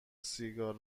سیگار